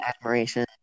admiration